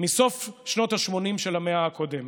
מסוף שנות השמונים של המאה הקודמת.